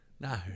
No